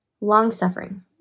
long-suffering